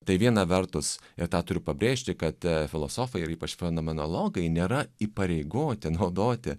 tai viena vertus ir tą turiu pabrėžti kad filosofai ir ypač fenomenologai nėra įpareigoti naudoti